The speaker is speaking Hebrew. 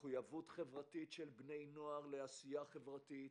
מחויבות חברתית של בני נוער לעשייה חברתית,